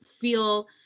feel